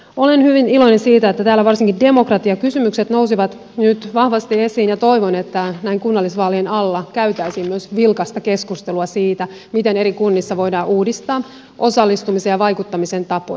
olen hyvin iloinen siitä että täällä varsinkin demokratiakysymykset nousivat nyt vahvasti esiin ja toivon että näin kunnallisvaalien alla käytäisiin myös vilkasta keskustelua siitä miten eri kunnissa voidaan uudistaa osallistumisen ja vaikuttamisen tapoja